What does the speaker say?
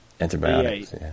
Antibiotics